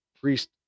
priest